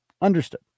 Understood